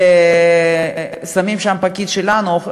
שמים שם פקיד שלנו.